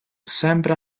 sempre